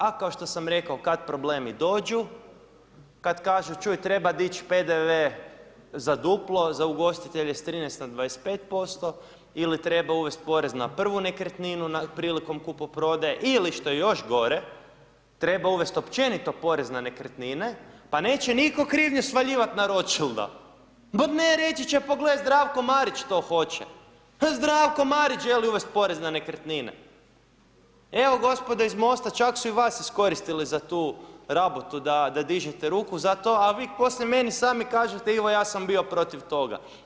A kao što sam rekao kad problemi dođu, kad kažu čuj dić PDV za duplo za ugostitelje s 13 na 25%, ili treba uvest porez na prvu nekretninu prilikom kupoprodaje, ili što je još gore treba uvesti općenito porez na nekretnine pa neće nitko krivnju svaljivat na Ročilda, ne reći će pogle Zdravko Marić to hoće, Zdravko Marić želi uvesti porez na nekretnine, evo gospodo iz MOST-a čak su i vas iskoristili za tu rabotu da dižete ruku za to, a vi poslije meni sami kažete Ivo ja sam bio protiv toga.